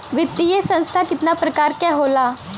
वित्तीय संस्था कितना प्रकार क होला?